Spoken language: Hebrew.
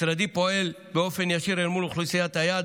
משרדי פועל באופן ישיר מול אוכלוסיית היעד